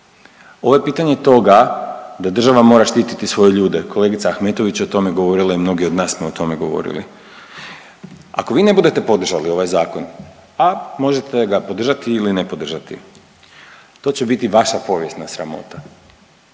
Ovo je pitanje toga da država mora štititi svoje ljude. Kolegica Ahmetović je o tome govorila i mnogi od smo o tome govorili. Ako vi ne budete podržali ovaj zakon, a možete ga podržati ili ne podržati to će biti vaša povijesna sramota,